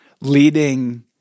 leading